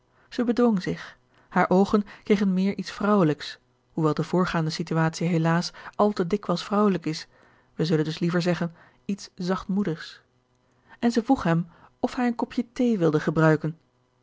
zij bedwong zich hare oogen kregen meer iets vrouwelijks hoewel de voorgaande situatie helaas al te dikwijls vrouwelijk is wij zullen dus liever zeggen iets zachtmoedigs en zij vroeg hem of hij een kopje thee wilde gebruiken